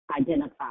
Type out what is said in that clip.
identify